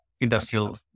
industrial